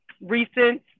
recent